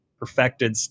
perfected